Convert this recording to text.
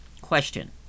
Question